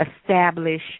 establish